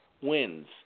wins